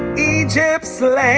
egypt's land